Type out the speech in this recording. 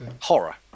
Horror